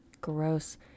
Gross